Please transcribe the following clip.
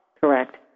Correct